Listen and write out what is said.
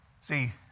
See